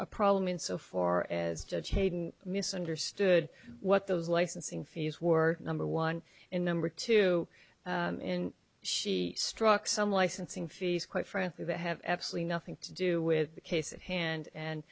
a problem in so far as to changing misunderstood what those licensing fees were number one and number two in she struck some licensing fees quite frankly the have absolutely nothing to do with the case at hand and